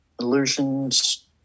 Illusions